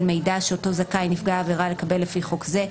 מידע שאותו זכאי נפגע עבירה לקבל לפי חוק זה,